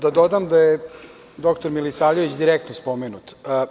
Da dodam da je doktor Milisavljević direktno spomenut.